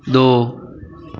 ਦੋ